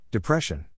Depression